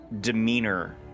demeanor